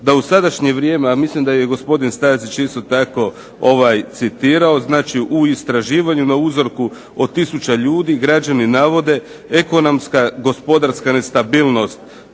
da u sadašnje vrijeme, a mislim da je i gospodin Stazić isto tako citirao, znači u istraživanju na uzorku od tisuću ljudi, građani navode ekonomska, gospodarska nestabilnost